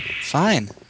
Fine